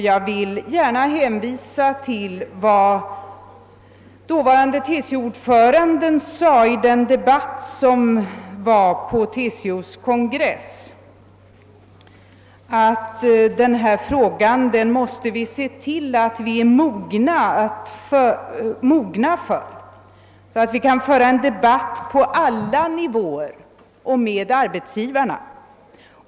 Jag vill gärna hänvisa till vad dåvarande TCO-ordföranden sade i den debatt som ägde rum på TCO-s kongress, nämligen att vi måste se till att vi blir mogna för denna fråga, så att vi kan föra en debatt på alla nivåer och med arbetsgivarna.